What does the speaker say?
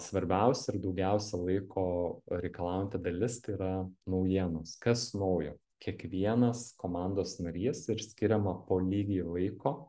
svarbiausia ir daugiausia laiko reikalaujanti dalis tai yra naujienos kas naujo kiekvienas komandos narys ir skiriama po lygiai laiko